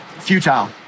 futile